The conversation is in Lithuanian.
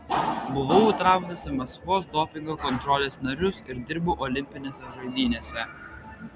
buvau įtrauktas į maskvos dopingo kontrolės narius ir dirbau olimpinėse žaidynėse